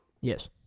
Yes